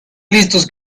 listos